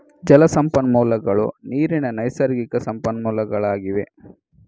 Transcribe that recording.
ಜಲ ಸಂಪನ್ಮೂಲಗಳು ನೀರಿನ ನೈಸರ್ಗಿಕ ಸಂಪನ್ಮೂಲಗಳಾಗಿವೆ